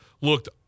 looked